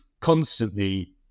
constantly